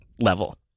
level